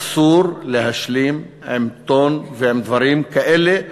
אסור להשלים עם טון ודברים כאלה,